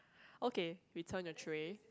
okay return your tray